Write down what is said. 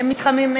ומתחמים,